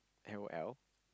L_O_L